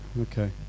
okay